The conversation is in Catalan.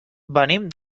venim